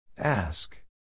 Ask